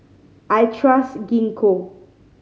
I trust Gingko